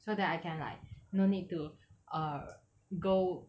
so that I can like no need to err go